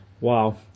Wow